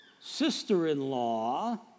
sister-in-law